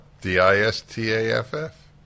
D-I-S-T-A-F-F